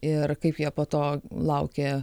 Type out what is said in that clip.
ir kaip jie po to laukė